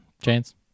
chance